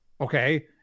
Okay